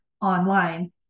online